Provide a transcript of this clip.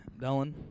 Dylan